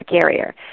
carrier